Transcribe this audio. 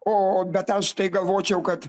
o bet aš tai galvočiau kad